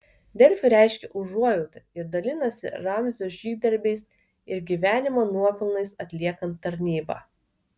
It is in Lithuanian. delfi reiškia užuojautą ir dalinasi ramzio žygdarbiais ir gyvenimo nuopelnais atliekant tarnybą